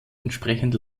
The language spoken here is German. entsprechend